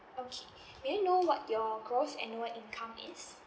okay may I know what your gross annual income is